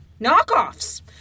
Knockoffs